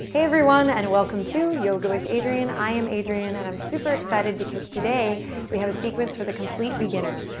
hey everyone. and welcome to yoga with adriene. i am adriene, and i am super-excited because today we have a sequence for the complete beginner.